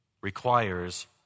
requires